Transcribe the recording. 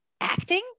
acting